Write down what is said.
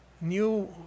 new